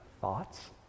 thoughts